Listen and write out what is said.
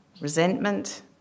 resentment